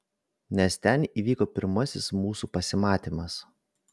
nes ten įvyko pirmasis mūsų pasimatymas